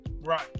Right